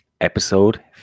episode